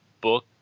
book